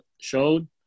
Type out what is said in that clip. showed